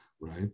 Right